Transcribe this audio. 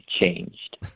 changed